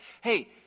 hey